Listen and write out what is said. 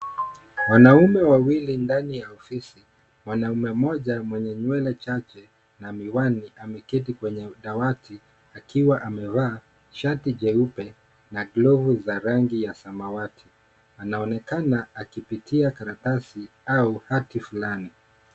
Wanaume wawili ndani ya ofisi, mwanaume mmoja mwenye nywele chache na miwani ameketi kwenye dawati akiwa amevaa shati jeupe na glovu za rangi ya samawati anaonekana akipitia karatasi au hati fulani.